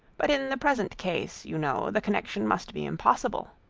but in the present case you know, the connection must be impossible.